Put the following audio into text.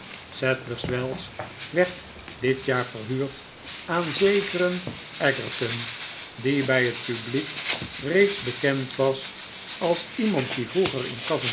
sadlers wells werd dit jaar verhuurd aan zekeren egerton die bij het publiek reeds bekend was als iemand die vroeger in